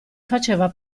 faceva